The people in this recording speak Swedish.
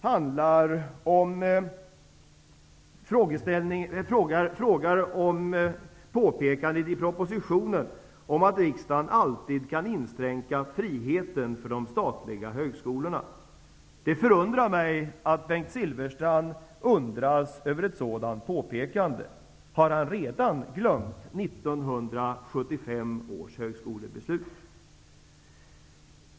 Bengt Silfverstrands andra fråga gäller påpekandet i propositionen om att riksdagen alltid kan inskränka friheten för de statliga högskolorna. Det förundrar mig att Bengt Silfverstrand undrar över ett sådant påpekande. Har han redan glömt 1975 års högskolebeslut?